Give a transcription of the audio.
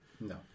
No